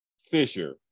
Fisher